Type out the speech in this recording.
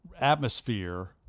atmosphere